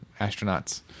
astronauts